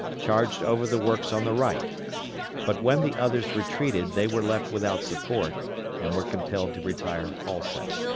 charged over the works on the right but when the others retreated they were left without support and were compelled to retire also.